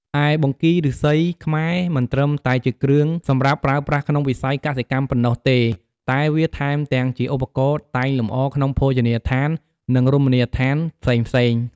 ឯបង្គីឫស្សីខ្មែរមិនត្រឹមតែជាគ្រឿងសម្រាប់ប្រើប្រាស់ក្នុងវិស័យកសិកម្មប៉ុណ្ណោះទេតែវាថែមទាំងជាឧបករណ៍តែងលម្អក្នុងភោជនីយដ្ឋាន និងរមណីយដ្ឋានផ្សេងៗ។